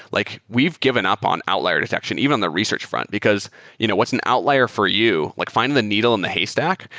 like we've given up on outlier detection even on the research front because you know what's an outlier for you? like finding the needle in the haystack?